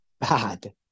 bad